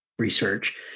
research